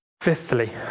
Fifthly